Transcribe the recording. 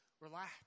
Relax